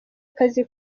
akazi